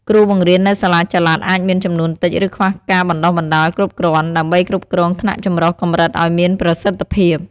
គ្រូបង្រៀននៅសាលាចល័តអាចមានចំនួនតិច ឬខ្វះការបណ្ដុះបណ្ដាលគ្រប់គ្រាន់ ដើម្បីគ្រប់គ្រងថ្នាក់ចម្រុះកម្រិតអោយមានប្រសិទ្ធភាព។